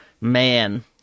Man